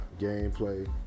Gameplay